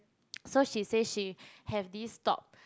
so she say she have this top